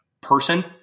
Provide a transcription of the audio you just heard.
person